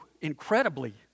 incredibly